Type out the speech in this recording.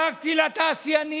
דאגתי לתעשיינים,